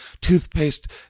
toothpaste